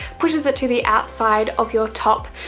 pushes it to the outside of your top,